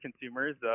consumers